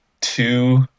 two